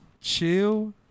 Chill